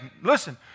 listen